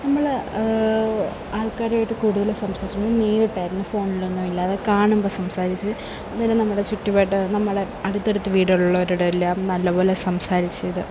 നമ്മള് ആള്ക്കാരുമായിട്ട് കൂടുതലും സംസാരിച്ചുകൊണ്ടിരുന്നത് നേരിട്ടായിരുന്നു ഫോണിലൊന്നുമല്ലാതെ കാണുമ്പോള് സംസാരിച്ച് അന്നേരം നമ്മുടെ ചുറ്റുവട്ടം നമ്മളെ അടുത്തടുത്ത് വീടുകളുള്ളവരോടെല്ലാം നല്ലപോലെ സംസാരിച്ചത്